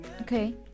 Okay